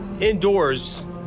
indoors